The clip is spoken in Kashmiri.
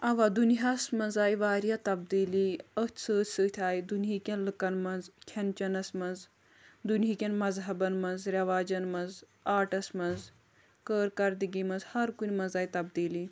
اوا دُنیاہس منٛز آیہِ واریاہ تبدیٖلی أتھۍ سۭتۍ سۭتۍ آیہِ دُنیہکٮ۪ن لُکن منٛز کھٮ۪ن چٮ۪نس منٛز دُنیہکٮ۪ن مذہبن منٛز رٮ۪واجن منٛز آٹس منٛز کارکردٕگی منٛز ہر کُنہِ منٛز آیہِ تبدیٖلی